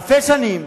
אלפי שנים,